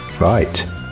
right